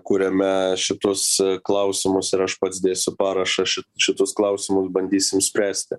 kuriame šitus klausimus ir aš pats dėsiu parašą šitus klausimus bandysim spręsti